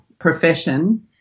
profession